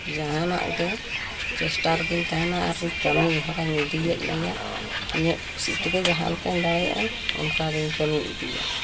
ᱡᱟᱦᱟᱱᱟᱜ ᱜᱮ ᱪᱮᱥᱴᱟ ᱨᱮᱜᱮᱧ ᱛᱟᱦᱮᱱᱟ ᱟᱨᱤᱧ ᱠᱟᱹᱢᱤ ᱦᱚᱨᱟᱧ ᱤᱫᱤᱭᱮᱫ ᱜᱮᱭᱟ ᱤᱧᱟᱹᱜ ᱠᱩᱥᱤᱛᱮᱜᱮ ᱡᱟᱦᱟᱸᱞᱮᱠᱟᱧ ᱫᱟᱲᱮᱭᱟᱜᱼᱟ ᱚᱱᱠᱟᱜᱮᱧ ᱠᱟᱹᱢᱤ ᱤᱫᱤᱭᱟ